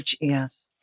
yes